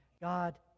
God